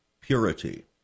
purity